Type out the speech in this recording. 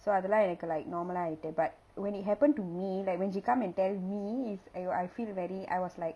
so அதலாம்:athalaam like normal ஆயிட்டு:ayittu but when it happened to me like when she come and tell me if I feel very I was like